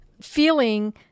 feeling